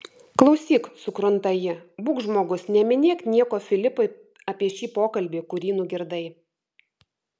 klausyk sukrunta ji būk žmogus neminėk nieko filipui apie šį pokalbį kurį nugirdai